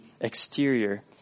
exterior